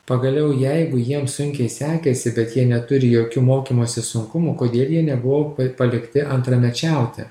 pagaliau jeigu jiem sunkiai sekėsi bet jie neturi jokių mokymosi sunkumų kodėl jie nebuvo palikti antramečiauti